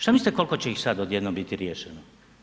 Šta mislite koliko će ih sad odjednom biti riješeno?